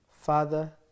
Father